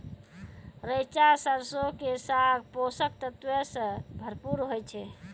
रैचा सरसो के साग पोषक तत्वो से भरपूर होय छै